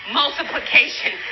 multiplication